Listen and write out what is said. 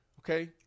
okay